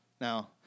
Now